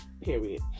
period